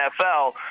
NFL